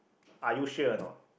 are you sure or not